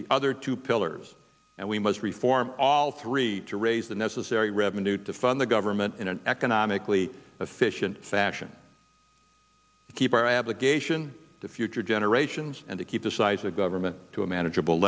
the other two pillars and we must reform all three to raise the necessary revenue to fund the government in an economically efficient fashion to keep our abrogation to future generations and to keep the size of government to a manageable